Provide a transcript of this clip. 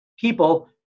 people